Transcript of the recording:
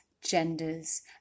genders